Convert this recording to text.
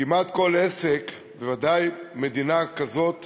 כמעט כל עסק, בוודאי מדינה כמו ישראל,